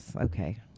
Okay